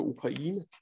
Ukraine